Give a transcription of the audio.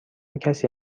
کسی